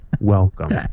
welcome